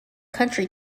country